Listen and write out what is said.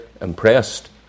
impressed